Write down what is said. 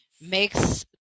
Makes